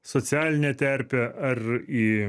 socialinę terpę ar į